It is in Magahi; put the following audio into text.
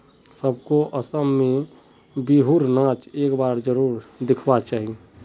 सबको असम में र बिहु र नाच एक बार जरुर दिखवा चाहि